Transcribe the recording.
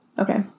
okay